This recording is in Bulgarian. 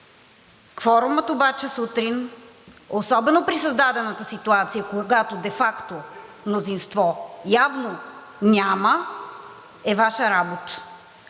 Кворумът обаче сутрин, особено при създадената ситуация, когато де факто мнозинство явно няма, е Ваша работа.